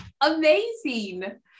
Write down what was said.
amazing